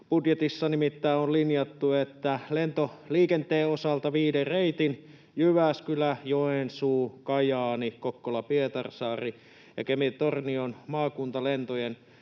Budjetissa nimittäin on linjattu, että lentoliikenteen osalta viiden reitin — Jyväskylä, Joensuu, Kajaani, Kokkola—Pietarsaari ja Kemi—Tornio — maakuntalentojen